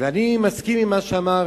ואני מסכים עם מה שאמר